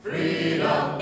Freedom